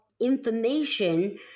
information